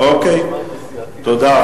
אוקיי, תודה.